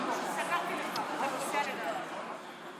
חברי הכנסת, בבקשה לשבת.